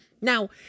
Now